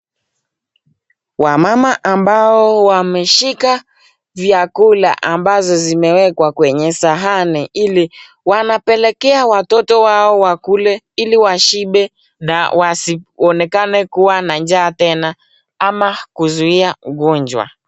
Wamama ambao wemeshika vyakula ambazo zimewekwa kwenye sahani ili, wanapelekea watoto wao wakule ili washibe na wasionekane kuwa na njaa tena ama kuzuia ugonjwa.